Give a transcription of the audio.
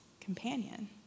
companion